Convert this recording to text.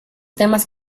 temas